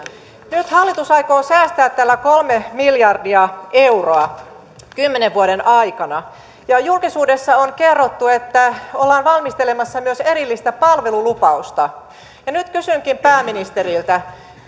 nyt hallitus aikoo säästää tällä kolme miljardia euroa kymmenen vuoden aikana ja julkisuudessa on kerrottu että ollaan valmistelemassa myös erillistä palvelulupausta nyt kysynkin pääministeriltä